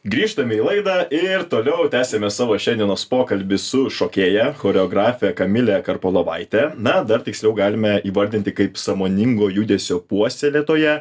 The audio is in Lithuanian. grįžtame į laidą ir toliau tęsiame savo šiandienos pokalbį su šokėja choreografe kamile karpovaite na dar tiksliau galime įvardinti kaip sąmoningo judesio puoselėtoją